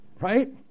right